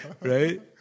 Right